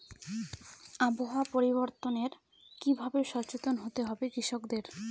আবহাওয়া পরিবর্তনের কি ভাবে সচেতন হতে হবে কৃষকদের?